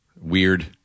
Weird